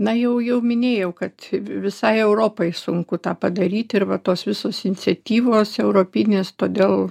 na jau jau minėjau kad visai europai sunku tą padaryti ir va tos visos iniciatyvos europinės todėl